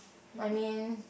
I mean